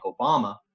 Obama